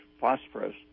phosphorus